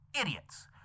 Idiots